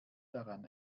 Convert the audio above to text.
daran